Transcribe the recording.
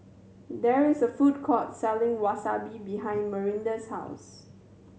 there is a food court selling Wasabi behind Marinda's house